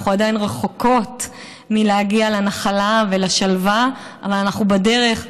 אנחנו עדיין רחוקות מלהגיע לשלווה ולנחלה אבל אנחנו בדרך,